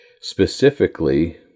Specifically